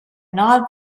not